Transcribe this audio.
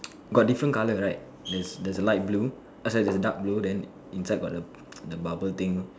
got different colour right there's there's light blue sorry sorry dark blue then inside got got the bubble thing